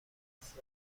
بسته